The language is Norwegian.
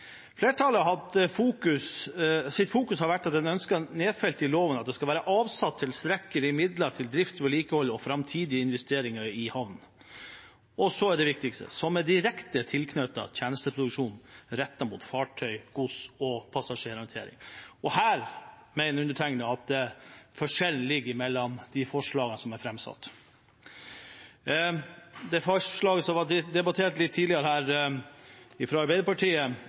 Flertallet har fokusert på at en ønsker nedfelt i loven at det skal være avsatt tilstrekkelige midler til drift, vedlikehold og framtidige investeringer i havnene – og så det viktigste – som er direkte tilknyttet tjenesteproduksjon rettet mot fartøyer, gods- og passasjerhåndtering. Her mener jeg at forskjellen mellom de forslagene som er framsatt, ligger. Det forslaget som var debattert litt tidligere her, fra Arbeiderpartiet,